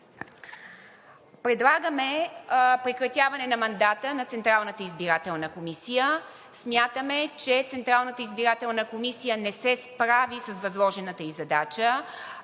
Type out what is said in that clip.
Предлагаме прекратяване на мандата на Централната избирателна комисия. Смятаме, че Централната избирателна комисия не се справи с възложената ѝ задача.